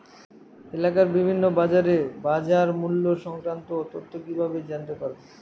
এলাকার বিভিন্ন বাজারের বাজারমূল্য সংক্রান্ত তথ্য কিভাবে জানতে পারব?